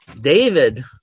David